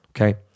okay